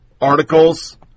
articles